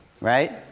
right